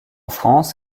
france